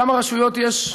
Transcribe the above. כמה רשויות יש?